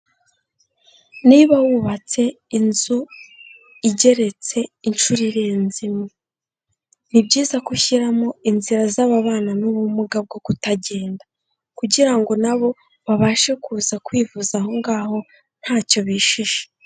Niba wubatse inzu igeretse inshuro irenze Imwe. Ni byiza ko ushyiramo inzira z'ababana n'ubumuga bwo kutagenda kugira ngo nabo babashe kuza kwivuza aho ngaho ntacyo bishisha.